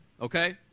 okay